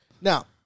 Now